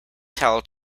towel